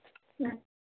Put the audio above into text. ꯎꯝ